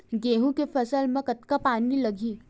गेहूं के फसल म कतका पानी लगही?